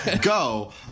go